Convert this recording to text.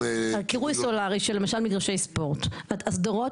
על קירוי סולרי למשל של מגרשי ספורט אסדרות